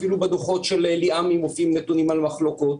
אפילו בדוחות של ליעמי מופיעים נתונים על מחלוקות.